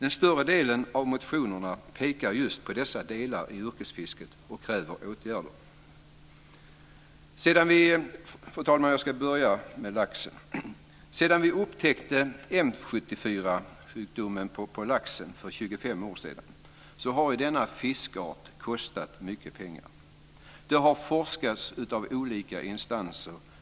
I de flesta motionerna pekar man just på dessa delar av yrkesfisket och kräver åtgärder. Fru talman! Jag ska börja med laxen. Sedan vi upptäckte M 74-sjukdomen på laxen för 25 år sedan har denna fiskart kostat mycket pengar. Det har forskats av olika instanser.